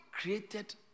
created